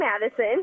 Madison